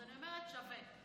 אז אני אומרת שווה.